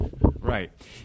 Right